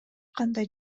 кандай